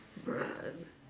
bruh